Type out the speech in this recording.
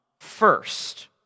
first